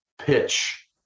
pitch